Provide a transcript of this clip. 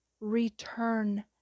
return